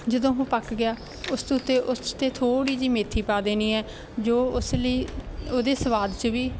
ਜਦੋਂ ਉਹ ਪੱਕ ਗਿਆ ਉਸ ਤੋਂ ਉੱਤੇ ਉਸ 'ਤੇ ਥੋੜ੍ਹੀ ਜਿਹੀ ਮੇਥੀ ਪਾ ਦੇਣੀ ਹੈ ਜੋ ਉਸ ਲਈ ਉਹਦੇ ਸਵਾਦ 'ਚ ਵੀ